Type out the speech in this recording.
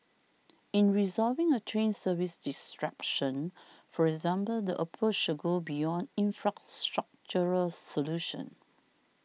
in resolving a train service disruption for example the approach should go beyond infrastructural solutions